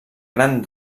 gran